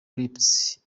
crypt